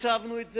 תקצבנו את זה,